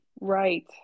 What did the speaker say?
right